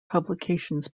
publications